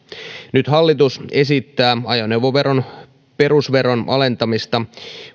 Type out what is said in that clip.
nyt hallitus esittää ajoneuvoveron perusveron alentamista